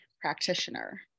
practitioner